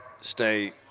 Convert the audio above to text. stay